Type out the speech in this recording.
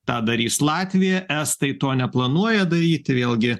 tą darys latviją estai to neplanuoja daryti vėlgi